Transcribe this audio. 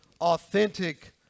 authentic